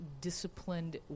disciplined